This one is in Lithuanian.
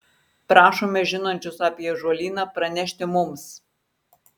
prašome žinančius apie ąžuolyną pranešti mums